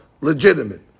legitimate